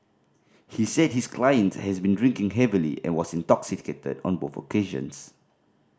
he said his client has been drinking heavily and was intoxicated on both occasions